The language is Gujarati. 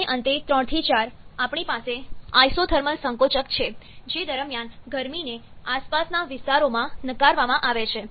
અને અંતે 3 થી 4 આપણી પાસે આઆઇસોથર્મલસંકોચક છે જે દરમિયાન ગરમીને આસપાસના વિસ્તારોમાં નકારવામાં આવે છે